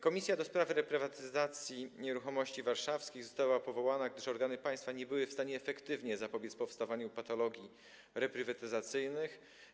Komisja do spraw reprywatyzacji nieruchomości warszawskich została powołana, gdyż organy państwa nie były w stanie efektywnie zapobiec powstawaniu patologii reprywatyzacyjnych.